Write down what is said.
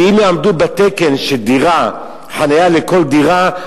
כי אם יעמדו בתקן של חנייה לכל דירה,